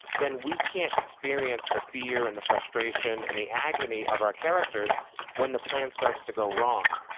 then we can't experience the fear and the frustration and the agony of our characters when the plan starts to go wrong.